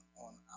on